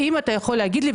האם אתה יכול להגיד לי?